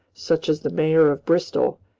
such as the mayor of bristol,